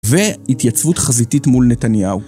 והתייצבות חזיתית מול נתניהו.